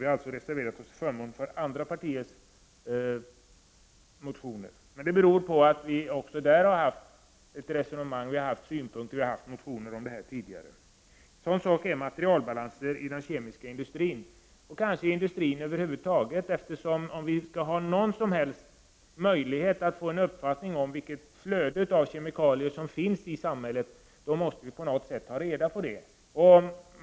Vi har reserverat oss till förmån för andra partiers motioner. Det beror på att vi har haft synpunkter och motionerat i frågan tidigare. En sådan fråga gäller materialbalanser i den kemiska industrin. Detta kan också gälla industrin över huvud taget. Om vi skall ha någon som helst möjlighet att få en uppfattning om flödet av kemikalier i samhället, måste vi på något sätt ta reda på det.